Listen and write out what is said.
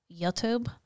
YouTube